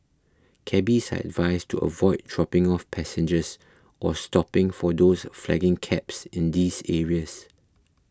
cabbies are advised to avoid dropping off passengers or stopping for those flagging cabs in these areas